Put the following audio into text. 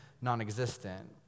non-existent